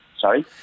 Sorry